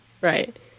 right